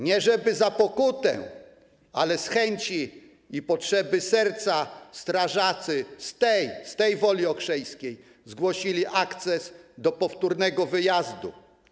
Nie za pokutę, ale z chęci i potrzeby serca strażacy z tej Woli Okrzejskiej zgłosili akces do powtórnego wyjazdu.